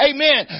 Amen